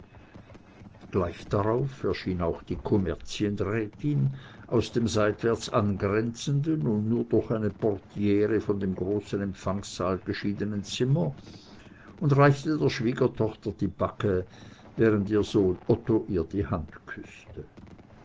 gleich darauf erschien auch die kommerzienrätin aus dem seitwärts angrenzenden und nur durch eine portire von dem großen empfangssaal geschiedenen zimmer und reichte der schwiegertochter die backe während ihr sohn otto ihr die hand küßte